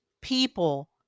people